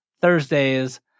Thursdays